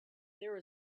there